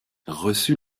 reçut